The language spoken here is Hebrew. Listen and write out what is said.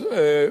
אז,